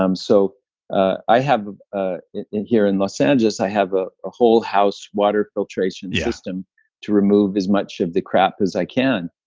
um so i have ah in here in los angeles, i have a ah whole house water filtration system to remove as much of the crap as i can.